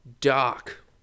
dark